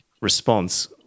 response